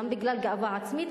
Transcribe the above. גם בגלל גאווה עצמית,